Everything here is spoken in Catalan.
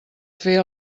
fer